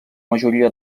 majoria